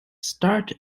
start